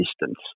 distance